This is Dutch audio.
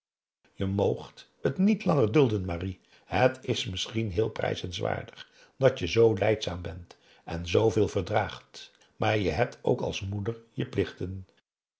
je moogt het niet langer dulden marie het is misschien heel prijzenswaardig dat je zoo lijdzaam bent en zooveel verdraagt maar je hebt ook als moeder je plichten